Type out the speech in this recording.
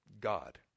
God